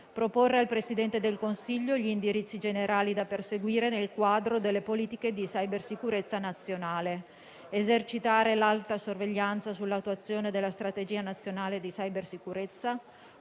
proporre al Presidente del Consiglio gli indirizzi generali da perseguire nel quadro delle politiche di cybersicurezza nazionale; esercitare l'alta sorveglianza sull'attuazione della strategia nazionale di cybersicurezza;